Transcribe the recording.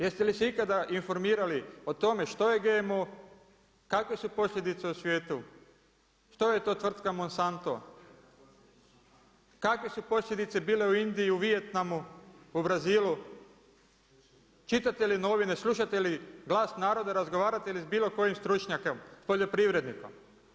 Jeste li se ikada informirali o tome što je GMO, kakve su posljedice u svijetu, što je to tvrtka Monsanto, kakve su posljedice bile u Indiji, u Vijetnamu, u Brazilu, čitate li novine, slušate li glas naroda, razgovarate li s bilo kojim stručnjakom, poljoprivrednima?